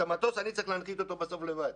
את המטוס אני צריך להנחית לבד.